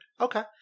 okay